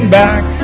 back